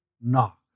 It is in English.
knock